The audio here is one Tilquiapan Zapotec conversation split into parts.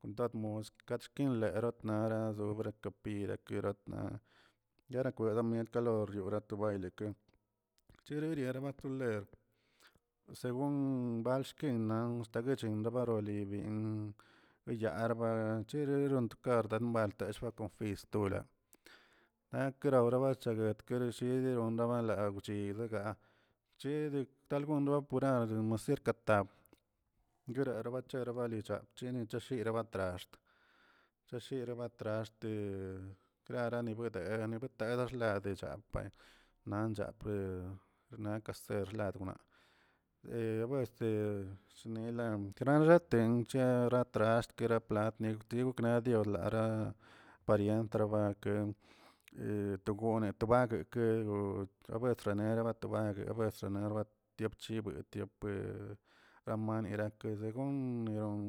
Kon tat moskə leerotnaraz wera kapire ratna yarakweda mient lo ryora to bayle ke cherierera ba toler según banshkingan deguechin barolin biyarbaa cheroro rontekar baltax̱ konfis tulaa gakraraurera bacheguet ereshedin ronrabaa dawgchilə chi del la gon topurar gardomotis katap guera baricha balichaa chini ratroxaa batrax chachira batraxte klararni burdea klarani garhcen charchanche nak kaser lado he chbuete kanilan kanalliaten kera traxt keraplat attiw tiwn kera diwlara parien trabakə to gone to bakə ke letrabueni to bakə trxanerba tiempo llibuit tiope ramarinrankega según nerón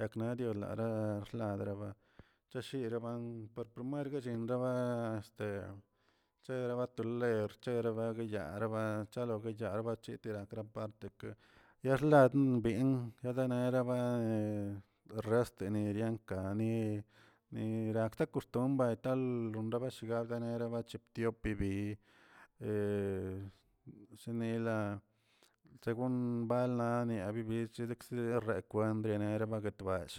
yakdionalara ladraba chashirabuen per primer kaxinraba naꞌ este chegraba to rcherabaguey yaraba chegreba chagoloche agrapartake yarladin bin yagaderamba rasteni riankani ni rakxta koxtumba ronrabashigan nele chiptiopi bi he shinila según balani bibichize rekwend beneli guetballꞌ.